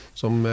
som